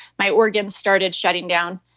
my organs started shutting down.